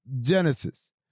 Genesis